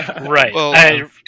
right